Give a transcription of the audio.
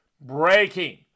Breaking